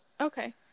okay